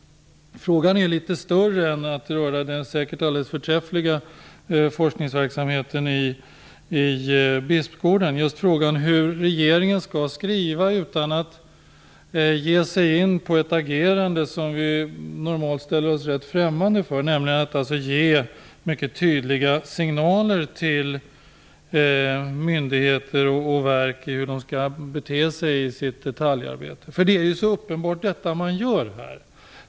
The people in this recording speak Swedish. Frågan är litet större än att gälla den säkert alldeles förträffliga forskningsverksamheten i Bispgården. Det gäller hur regeringen skall skriva utan att ge sig in på ett agerande som vi normalt ställer oss rätt främmande för, nämligen att ge mycket tydliga signaler till myndigheter och verk hur de skall bete sig i sitt detaljarbete. Det är uppenbart att detta är vad regeringen här gör.